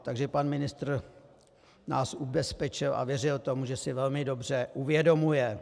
Takže pan ministr nás ubezpečil a věřil tomu, že si velmi dobře uvědomuje.